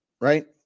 right